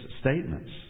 statements